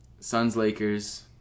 Suns-Lakers